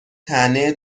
طعنه